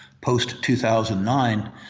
post-2009